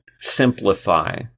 simplify